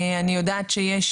אני יודעת שיש